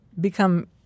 become